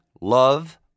love